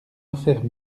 offert